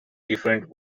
different